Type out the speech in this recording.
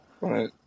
right